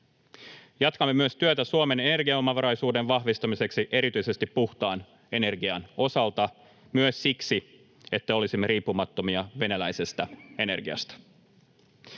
Jatkamme myös työtä Suomen energiaomavaraisuuden vahvistamiseksi erityisesti puhtaan energian osalta — myös siksi, että olisimme riippumattomia venäläisestä energiasta.